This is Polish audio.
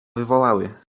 wywołały